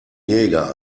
jäger